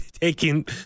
taking